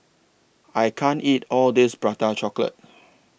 I can't eat All of This Prata Chocolate